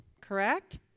correct